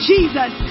Jesus